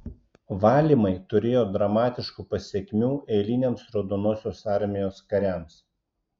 valymai turėjo dramatiškų pasekmių eiliniams raudonosios armijos kariams